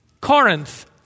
Corinth